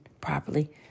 properly